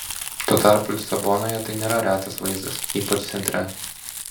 tuo tarpu lisabonoje tai nėra retas vaizdas ypač centre